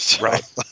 Right